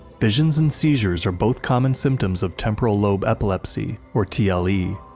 visions and seizures are both common symptoms of temporal lobe epilepsy, or tle.